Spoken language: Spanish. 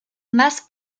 más